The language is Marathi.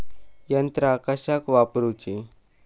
यंत्रा कशाक वापुरूची?